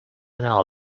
know